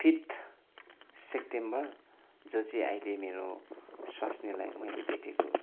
fifth September जो चाहिँ अहिले मेरो स्वास्नीलाई मैले भेटेको